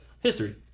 history